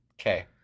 Okay